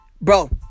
Bro